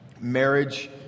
marriage